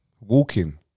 walking